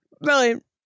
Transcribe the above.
Brilliant